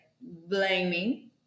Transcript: blaming